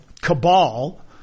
cabal